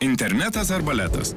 internetas ar baletas